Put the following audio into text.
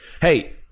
Hey